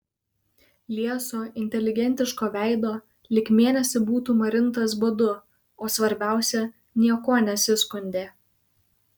lieso inteligentiško veido lyg mėnesį būtų marintas badu o svarbiausia niekuo nesiskundė